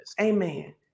Amen